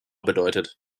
bedeutet